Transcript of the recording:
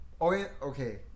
Okay